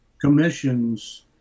commissions